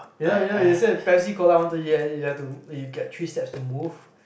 you know you know you said Pepsi Cola one two yeah you have to you get three steps to move